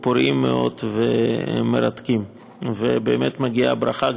כספי מענק ההסתגלות יהיו מוגנים מפני כל תביעה משפטית,